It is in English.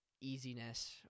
easiness